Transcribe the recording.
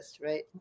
right